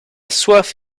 soif